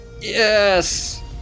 Yes